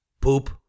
Poop